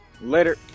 Later